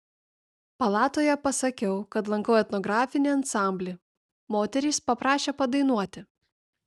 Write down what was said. palatoje pasakiau kad lankau etnografinį ansamblį moterys paprašė padainuoti